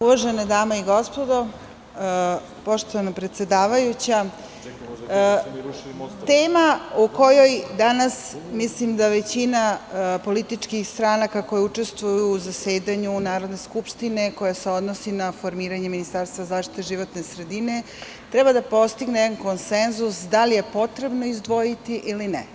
Uvažene dame i gospodo, poštovana predsedavajuća, tema o kojoj danas, mislim da većina političkih stranaka koji učestvuju u zasedanju Narodne skupštine, a odnosi se na formiranje ministarstva zaštite životne sredine treba da postigne konsenzus da li je potrebno izdvojiti ili ne?